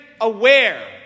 aware